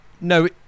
No